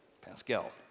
Pascal